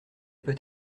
peut